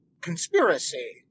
conspiracy